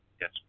Yes